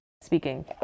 speaking